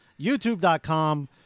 youtube.com